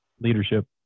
Leadership